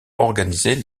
organiser